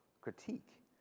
critique